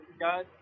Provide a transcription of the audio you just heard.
guys